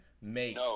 make